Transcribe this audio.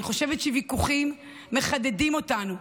אני חושבת שוויכוחים מחדדים אותנו,